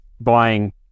buying